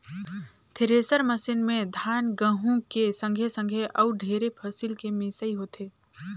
thresher machine में धान, गहूँ के संघे संघे अउ ढेरे फसिल के मिसई होथे